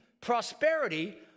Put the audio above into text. prosperity